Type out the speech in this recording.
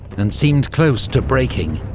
and seemed close to breaking.